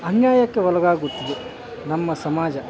ಅನ್ಯಾಯಕ್ಕೆ ಒಳಗಾಗುತ್ತಿದೆ ನಮ್ಮ ಸಮಾಜ